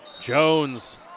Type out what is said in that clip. Jones